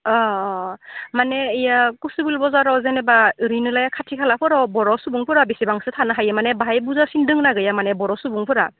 अ अ माने इयो कुसुबिल बजाराव जेनेबा ओरैनोलाय खाथि खालाफोराव बर' सुबुंफोरा बेसेबांसो थानो हायो माने बाहाय बुरजासिन दङ ना गैया माने बर' सुबुंफोरा